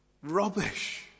Rubbish